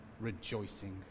rejoicing